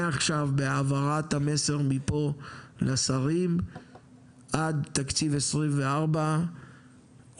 מעכשיו בהעברת המסר מפה לשרים עד תקציב 2024 רוב